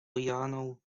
lionel